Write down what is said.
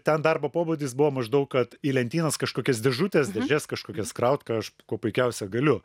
ten darbo pobūdis buvo maždaug kad į lentynas kažkokias dėžutes dėžes kažkokias kraut ką aš kuo puikiausia galiu